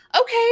okay